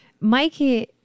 Mikey